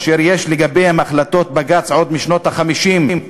אשר יש לגביהם החלטות בג"ץ עוד משנות ה-50,